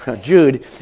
Jude